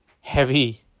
heavy